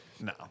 No